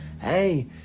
Hey